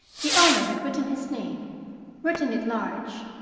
the owner had written his name written it large,